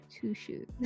two-shoes